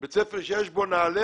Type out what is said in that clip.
בית ספר שיש בו נעלה,